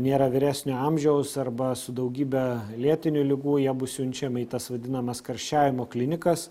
nėra vyresnio amžiaus arba su daugybe lėtinių ligų jie bus siunčiami į tas vadinamas karščiavimo klinikas